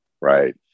right